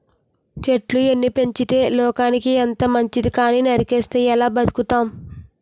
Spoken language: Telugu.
చెట్లు ఎన్ని పెంచితే లోకానికి అంత మంచితి కానీ నరికిస్తే ఎలా బతుకుతాం?